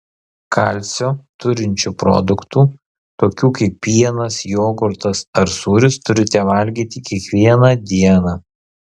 kalcio turinčių produktų tokių kaip pienas jogurtas ar sūris turite valgyti kiekvieną dieną